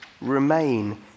remain